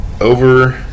over